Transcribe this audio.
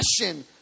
passion